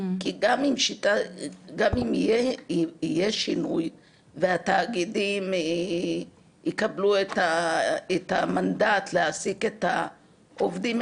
כי גם אם יהיה שינוי והתאגידים יקבלו את מנדט להעסיק את העובדים,